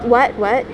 [what] [what]